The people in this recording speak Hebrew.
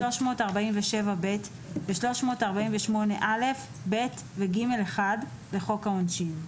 347(ב) ו-348(א), (ב) ו-(ג)(1) לחוק העונשין".